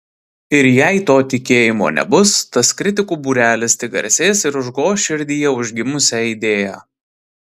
ir jei to tikėjimo nebus tas kritikų būrelis tik garsės ir užgoš širdyje užgimusią idėją